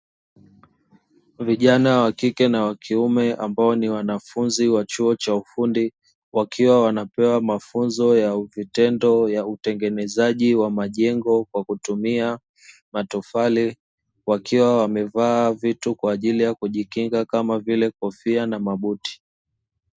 Vijana wa kike na wa kiume ambao ni wanafunzi wa chuo cha ufundi, wakiwa wanapewa mafunzo ya vitendo ya utengenezaji wa majengo kwa kutumia matofali, wakiwa wamevaa vitu kwa ajili ya kujikinga kama vile kofia na mabuti.